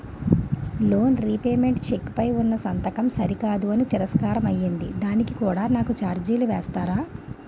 Loan repayment cheque పై ఉన్నా సంతకం సరికాదు అని తిరస్కారం అయ్యింది దానికి కూడా నాకు ఛార్జీలు వేస్తారా?